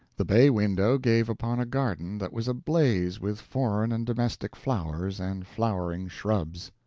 the bay-window gave upon a garden that was ablaze with foreign and domestic flowers and flowering shrubs.